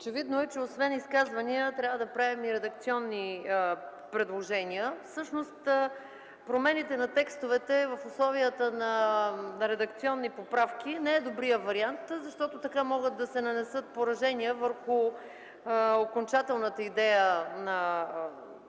Очевидно е, че освен изказвания трябва да правим и редакционни предложения. Всъщност промените на текстовете в условията на редакционни поправки не е добрият вариант, защото така могат да се нанесат поражения върху окончателната идея на вносителя